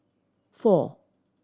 four